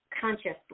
consciously